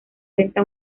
cuenta